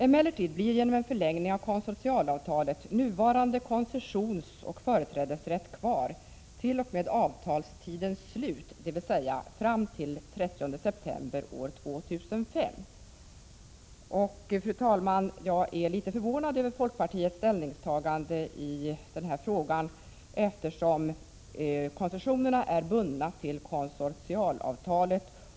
Emellertid blir, genom en förlängning av konsortialavtalet, nuvarande koncessionsoch företrädesrätt kvar t.o.m. avtalstidens slut, dvs. fram till den 30 september år 2005. Jag är litet förvånad, fru talman, över folkpartiets ställningstagande i den här frågan, eftersom koncessionerna är bundna till konsortialavtalet.